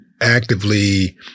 actively